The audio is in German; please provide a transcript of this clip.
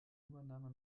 übernahme